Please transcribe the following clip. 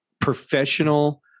professional